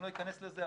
אני לא אכנס לזה,